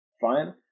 fine